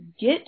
get